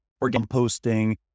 composting